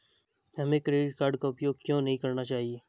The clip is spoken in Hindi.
हमें क्रेडिट कार्ड का उपयोग क्यों नहीं करना चाहिए?